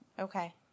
okay